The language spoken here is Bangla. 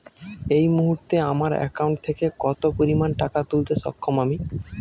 এই মুহূর্তে আমার একাউন্ট থেকে কত পরিমান টাকা তুলতে সক্ষম আমি?